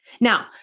Now